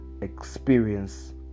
experience